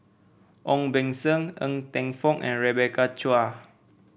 Ong Beng Seng Ng Teng Fong and Rebecca Chua